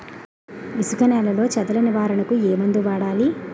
ఇసుక నేలలో చదల నివారణకు ఏ మందు వాడాలి?